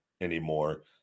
anymore